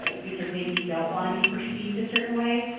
ah because maybe you don't want to be perceived a certain way,